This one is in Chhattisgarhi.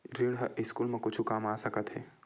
ऋण ह स्कूल मा कुछु काम आ सकत हे?